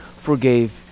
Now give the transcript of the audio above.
forgave